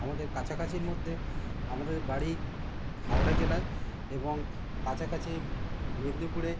আমাদের কাছাকাছির মধ্যে আমাদের বাড়ি হাওড়া জেলায় এবং কাছাকছি মেদিনীপুরে